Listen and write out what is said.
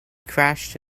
crashed